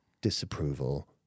disapproval